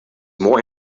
more